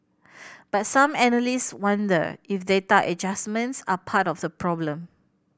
but some analysts wonder if data adjustments are part of the problem